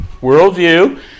worldview